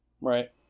right